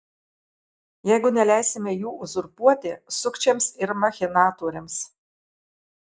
jeigu neleisime jų uzurpuoti sukčiams ir machinatoriams